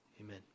Amen